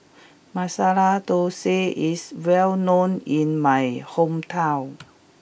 Masala Thosai is well known in my hometown